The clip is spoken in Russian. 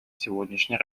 сегодняшней